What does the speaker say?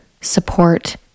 support